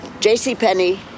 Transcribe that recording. JCPenney